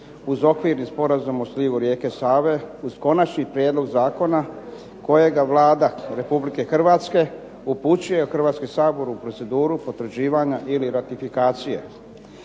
uz Okvirni sporazum o slivu rijeke Save uz konačni prijedlog zakona kojega Vlada Republike Hrvatske upućuje u Hrvatski sabor u proceduru potvrđivanja ili ratifikacije.